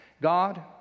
God